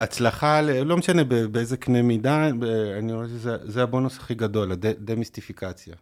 הצלחה לא משנה באיזה קנה מידה, זה הבונוס הכי גדול, הדמיסטיפיקציה.